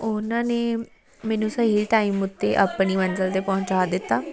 ਉਹਨਾਂ ਨੇ ਮੈਨੂੰ ਸਹੀ ਟਾਈਮ ਉੱਤੇ ਆਪਣੀ ਮੰਜ਼ਿਲ 'ਤੇ ਪਹੁੰਚਾ ਦਿੱਤਾ